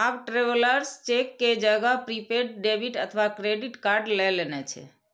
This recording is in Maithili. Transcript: आब ट्रैवलर्स चेक के जगह प्रीपेड डेबिट अथवा क्रेडिट कार्ड लए लेने छै